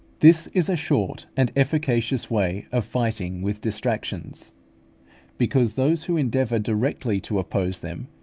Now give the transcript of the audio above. this is a short and efficacious way of fighting with distractions because those who endeavour directly to oppose them,